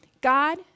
God